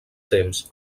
temps